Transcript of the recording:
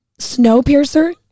Snowpiercer